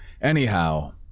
anyhow